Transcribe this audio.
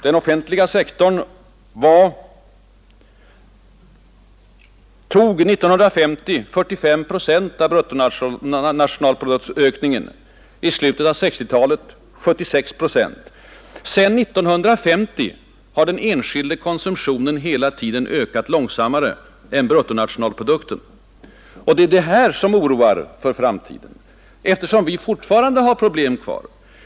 1950 tog den offentliga sektorn 45 procent av bruttonationalproduktens ökning — i slutet av 1960-talet 76 procent. Sedan 1950 har den enskilda konsumtionen hela tiden ökat långsammare än bruttonationalprodukten. Det är detta som oroar för framtiden, eftersom vi fortfarande har många problem olösta.